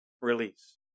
release